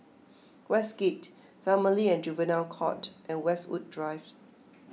Westgate Family and Juvenile Court and Westwood Drive